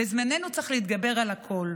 בזמננו צריך להתגבר על הכול.